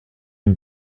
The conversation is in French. une